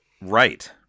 Right